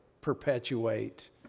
perpetuate